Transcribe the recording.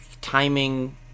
timing